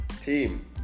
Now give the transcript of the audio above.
team